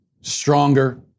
stronger